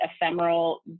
ephemeral